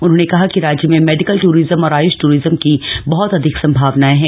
उन्होंने कहा कि राज्य में मेडिकल ट्ररिज्म और आय्ष ट्ररिज्म की बहत अधिक सम्भावनाएं हैं